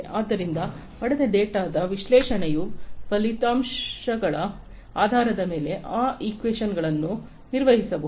ಆದ್ದರಿಂದ ಪಡೆದ ಡೇಟಾದ ವಿಶ್ಲೇಷಣೆಯ ಫಲಿತಾಂಶಗಳ ಆಧಾರದ ಮೇಲೆ ಆ ಈಕ್ವೇಶನ್ಗಳನ್ನು ನಿರ್ವಹಿಸಬಹುದು